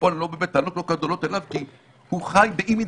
ופה אני לא בא בטענות גדולות אליו כי הוא חי באי-מדיניות,